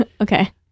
Okay